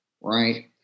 right